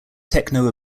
techno